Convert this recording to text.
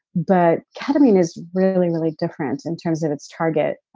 but ketamine is really really different in terms of its target.